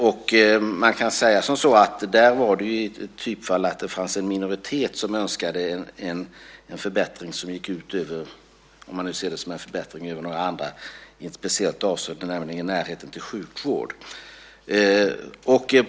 Där fanns det en minoritet som önskade en förbättring som gick ut över andra i ett speciellt avseende, nämligen när det gällde närheten till sjukvård.